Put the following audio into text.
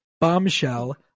bombshell